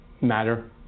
matter